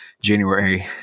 January